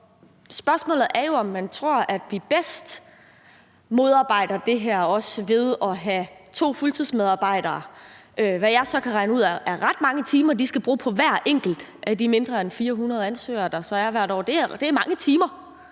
Spørgsmålet er jo, om man tror, at vi bedst modarbejder det her ved at have to fuldtidsmedarbejdere ansat, som skal bruge, hvad jeg så kan regne ud er ret mange timer på hver enkelt af de mindre end 400 ansøgere, der så er hvert år. Det er mange timer,